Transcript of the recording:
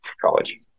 college